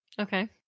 Okay